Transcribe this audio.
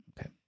Okay